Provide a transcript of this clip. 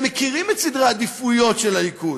הם מכירים את סדרי העדיפויות של הליכוד.